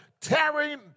Tearing